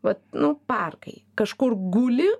vat nu parkai kažkur guli